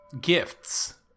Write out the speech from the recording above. Gifts